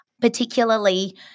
particularly